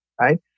right